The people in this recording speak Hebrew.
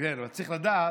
כן, אבל צריך לדעת,